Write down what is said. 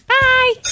Bye